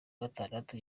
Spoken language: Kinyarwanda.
gatandatu